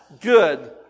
Good